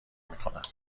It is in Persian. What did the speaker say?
میکنند